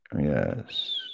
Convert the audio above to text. Yes